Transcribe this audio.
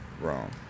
wrong